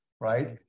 Right